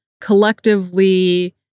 collectively